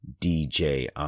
DJI